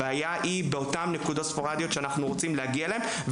הבעיה היא בנקודות הספורדיות שאנחנו רוצים להגיע אליהן.